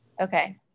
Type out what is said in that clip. okay